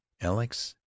Alex